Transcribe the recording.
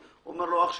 הוא אומר לי: אח שלי,